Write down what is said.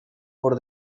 por